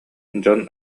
дьон